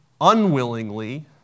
unwillingly